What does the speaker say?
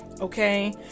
okay